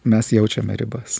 mes jaučiame ribas